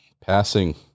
passing